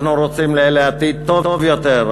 אנחנו רוצים לאלה עתיד טוב יותר,